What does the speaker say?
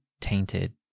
tainted